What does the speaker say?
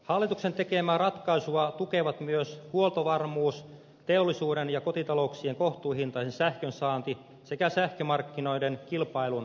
hallituksen tekemää ratkaisua tukevat myös huoltovarmuus teollisuuden ja kotitalouksien kohtuuhintainen sähkönsaanti sekä sähkömarkkinoiden kilpailun lisääminen